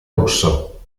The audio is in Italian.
russo